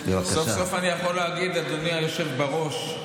סוף-סוף אני יכול להגיד "אדוני היושב בראש".